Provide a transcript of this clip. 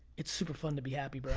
it's super fun to be happy, but